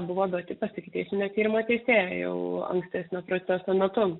buvo duoti pas ikiteisminio tyrimo teisėją jau ankstesnio proceso metu